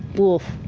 woof.